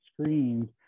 screens